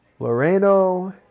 Loreno